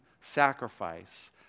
sacrifice